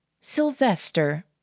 Sylvester